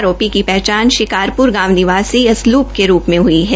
आरोपी की पहचान शिकारप्र गांव निवासी अस्लप के रूप में हई है